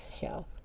shelf